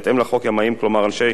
בהתאם לחוק, ימאים, כלומר אנשי